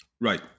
Right